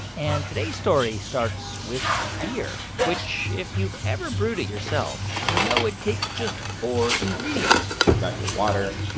and today's story starts with beer, which, if you've ever brewed it yourself, you know it takes just four ingredients you've got your water.